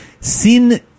Sin